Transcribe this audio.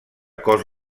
cos